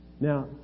Now